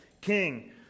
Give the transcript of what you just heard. king